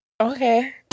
Okay